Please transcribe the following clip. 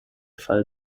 fall